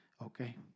Okay